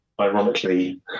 ironically